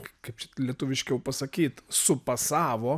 kaip kaip čia lietuviškiau pasakyt supasavo